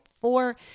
four